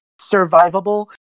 survivable